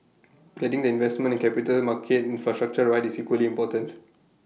getting the investment and capital market infrastructure right is equally important